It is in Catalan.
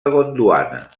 gondwana